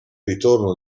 ritorno